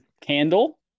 Candle